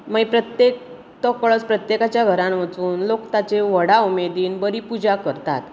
मागीर प्रत्येक तो कळस प्रत्येकाच्या घरान वचून लोक ताचे व्हडा उमेदीन बरी पूजा करतात